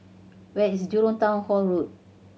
where is Jurong Town Hall Road